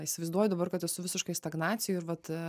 įsivaizduoju dabar kad esu visiškoj stagnacijoj ir vat